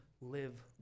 live